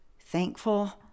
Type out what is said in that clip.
thankful